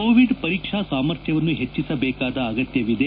Covid ಪರೀಕ್ವಾ ಸಾಮರ್ಥ್ಯವನ್ನು ಹೆಚ್ಚಿಸಬೇಕಾದ ಅಗತ್ಯವಿದೆ